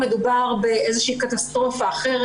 היום מדובר באיזו שהיא קטסטרופה אחרת,